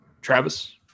Travis